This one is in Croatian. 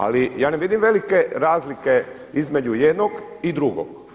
Ali ja ne vidim velike razlike između jednog i drugog.